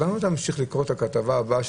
אז למה אתה ממשיך לקרוא את הכתבה הבאה,